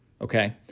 okay